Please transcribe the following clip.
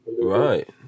Right